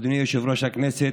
אדוני יושב-ראש הישיבה,